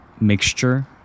mixture